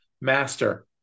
master